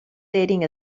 dating